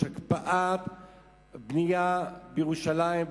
יש הקפאת בנייה בירושלים,